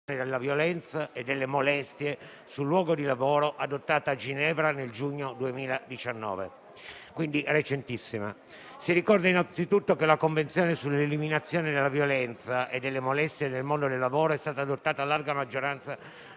della violenza e delle molestie sul luogo di lavoro, adottata a Ginevra nel giugno 2019: quindi, recentissima. Si ricorda, innanzitutto, che la Convenzione sull'eliminazione della violenza e delle molestie nel mondo del lavoro è stata adottata a larga maggioranza